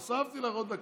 הוספתי לך עוד דקה.